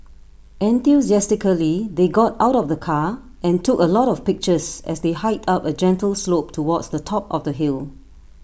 enthusiastically they got out of the car and took A lot of pictures as they hiked up A gentle slope towards the top of the hill